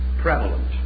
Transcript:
prevalent